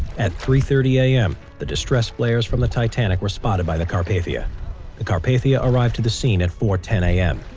at three thirty a m. the distress flares from the titanic were spotted by the carpathia the carpathia arrived to the scene at four ten a m.